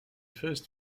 first